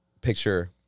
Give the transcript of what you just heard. picture